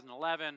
2011